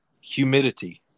humidity